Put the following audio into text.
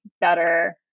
better